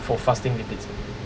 for fasting lipids